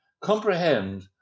comprehend